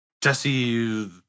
Jesse